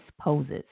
poses